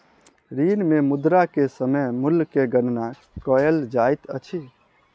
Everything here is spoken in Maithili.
ऋण मे मुद्रा के समय मूल्य के गणना कयल जाइत अछि